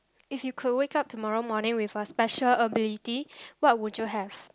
if you could wake up tomorrow morning with a special ability what would you have